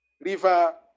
River